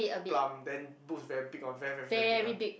plump then boobs very big on very very big one